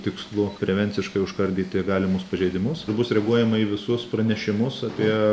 tikslu prevenciškai užkardyti galimus pažeidimus ir bus reaguojama į visus pranešimus apie